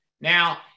Now